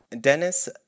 Dennis